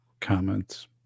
comments